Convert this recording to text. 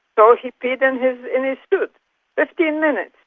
so he peed in his in his suit. fifteen minutes.